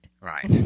right